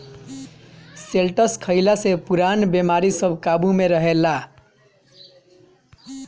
शैलटस खइला से पुरान बेमारी सब काबु में रहेला